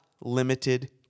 limited